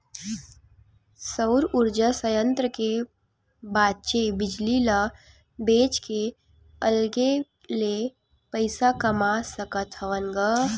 सउर उरजा संयत्र के बाचे बिजली ल बेच के अलगे ले पइसा कमा सकत हवन ग